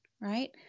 Right